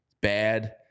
bad